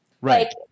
Right